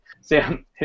Sam